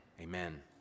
Amen